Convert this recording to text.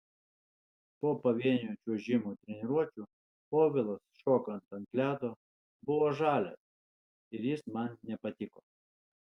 po pavienio čiuožimo treniruočių povilas šokant ant ledo buvo žalias ir jis man nepatiko